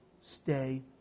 Stay